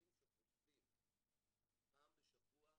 ילדים שחושבים פעם בשבוע,